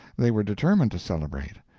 they were determined to celebrate,